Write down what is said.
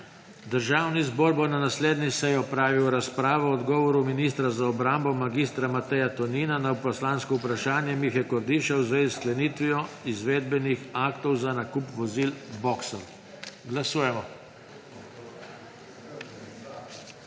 Državni zbor bo na naslednji seji opravil razpravo o odgovoru ministra za obrambo mag. Mateja Tonina na poslansko vprašanje Mihe Kordiša v zvezi s sklenitvijo izvedbenih aktov za nakup vozil boxer. Glasujemo.